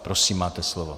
Prosím, máte slovo.